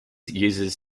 uses